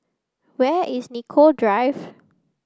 where is Nicoll Drive